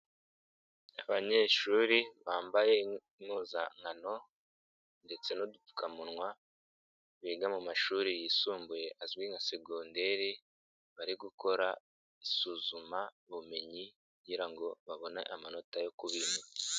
Abanyeshuri bambaye impuzankano ndetse n'udupfukamunwa, biga mu mashuri yisumbuye azwi nka segonderi, bari gukora isuzumabumenyi kugira ngo babone amanota yo kubimura.